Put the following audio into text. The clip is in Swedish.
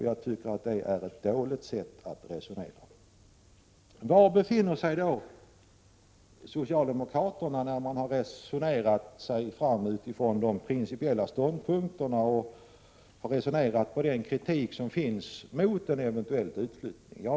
Jag tycker att det är ett dåligt sätt att resonera. Var befinner sig då socialdemokraterna när man har resonerat sig fram utifrån de principiella ståndpunkterna och också tagit del av den kritik som finns mot en eventuell utflyttning?